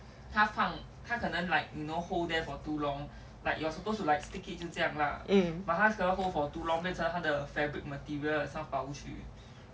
um